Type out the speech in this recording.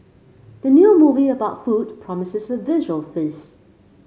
the new movie about food promises a visual feast